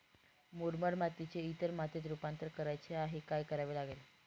मुरमाड मातीचे इतर मातीत रुपांतर करायचे आहे, काय करावे लागेल?